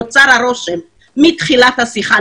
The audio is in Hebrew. נוצר הרושם מתחילת השיחה,